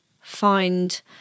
find